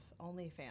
OnlyFans